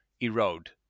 erode